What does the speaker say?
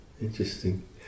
interesting